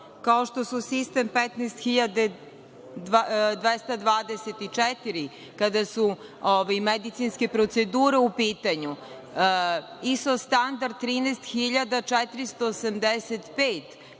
kao što su sistem 15224, kada su medicinske procedure u pitanju, ISO standard 13485,